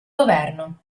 governo